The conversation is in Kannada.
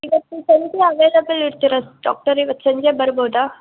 ಇವತ್ತು ಸಂಜೆ ಅವೈಲೇಬಲ್ ಇರ್ತೀರಾ ಡಾಕ್ಟರ್ ಇವತ್ತು ಸಂಜೆ ಬರ್ಬೋದಾ